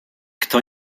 kto